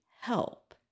help